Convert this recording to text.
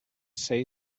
say